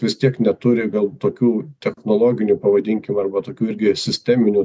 vis tiek neturi gal tokių technologinių pavadinkim arba tokių irgi sisteminių